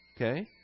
okay